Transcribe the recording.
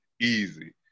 Easy